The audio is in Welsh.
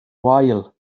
wael